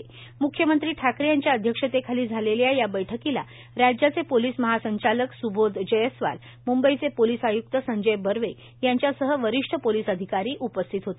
म्ख्यमंत्री ठाकरे यांच्या अध्यक्षतेखाली झालेल्या या बैठकीस राज्याचे पोलीस महासंचालक स्बोध जयस्वाल म्बईचे पोलीस आय्क्त संजय बर्वे यांच्यासह वरिष्ठ पोलीस अधिकारी उपस्थित होते